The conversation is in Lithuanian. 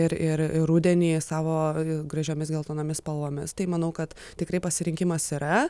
ir ir rudenį savo gražiomis geltonomis spalvomis tai manau kad tikrai pasirinkimas yra